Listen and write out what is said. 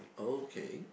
okay